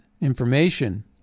information